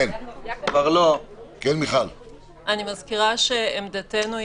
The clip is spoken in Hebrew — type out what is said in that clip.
אני מזכירה שעמדתנו היא,